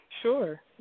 Sure